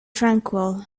tranquil